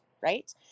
right